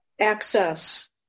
access